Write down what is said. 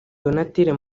donatille